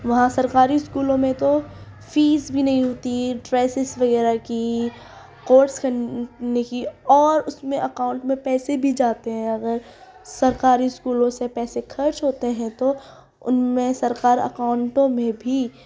وہاں سرکاری اسکولوں میں تو فیس بھی نہیں ہوتی ڈریسس وغیرہ کی کورس کرنے کی اور اس میں اکاؤنٹ میں پیسے بھی جاتے ہیں اگر سرکاری اسکولوں سے پیسے خرچ ہوتے ہیں تو ان میں سرکار اکاؤنٹوں میں بھی